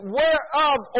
Whereof